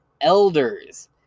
Elders